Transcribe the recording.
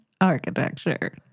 Architecture